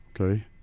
Okay